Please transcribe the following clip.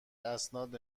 اسناد